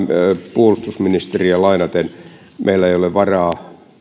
puolustusministeriä lainaten meillä ei ole varaa